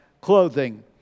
clothing